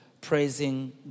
praising